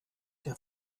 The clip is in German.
der